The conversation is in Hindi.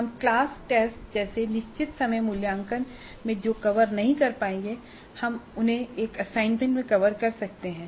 हम क्लास टेस्ट जैसे निश्चित समय मूल्यांकन में जो कवर नहीं कर पाएंगे हम उन्हें एक असाइनमेंट में कवर कर सकते हैं